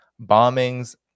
bombings